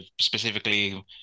Specifically